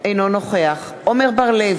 אינו נוכח עמר בר-לב,